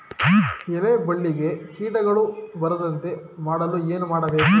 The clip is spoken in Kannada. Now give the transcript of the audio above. ಎಲೆ ಬಳ್ಳಿಗೆ ಕೀಟಗಳು ಬರದಂತೆ ಮಾಡಲು ಏನು ಮಾಡಬೇಕು?